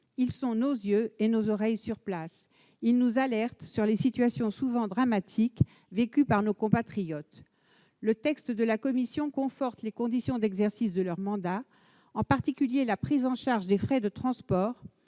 Ils sont nos yeux et nos oreilles sur place. Ils nous alertent sur les situations souvent dramatiques vécues par nos compatriotes. Le texte de la commission conforte les conditions d'exercice de leur mandat, en particulier la prise en charge des frais de transport,